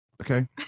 Okay